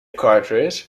cartridge